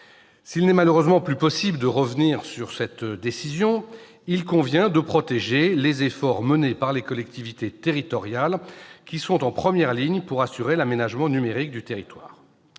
S'il n'est malheureusement plus possible de revenir sur une telle décision, il convient de protéger les efforts menés par les collectivités territoriales, qui sont en première ligne pour assurer l'aménagement numérique du territoire.